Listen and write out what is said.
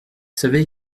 savez